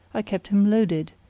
i kept him loaded,